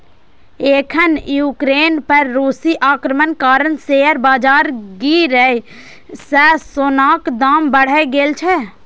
एखन यूक्रेन पर रूसी आक्रमणक कारण शेयर बाजार गिरै सं सोनाक दाम बढ़ि गेल छै